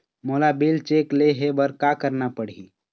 मोला bill check ले हे बर का करना पड़ही ही?